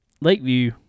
Lakeview